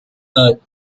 earth